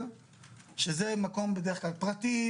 שזה מקום בדרך כלל פרטי,